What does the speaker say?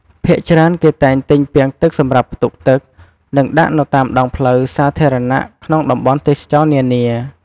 ភាគច្រើនគេតែងទិញពាងទឹកសម្រាប់ផ្ទុកទឹក និងដាក់នៅតាមដងផ្លូវសាធារណៈក្នុងតំបន់ទេសចរណ៍នានា។